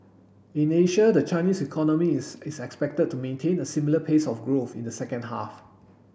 in Asia the Chinese economy is expected to maintain a similar pace of growth in the second half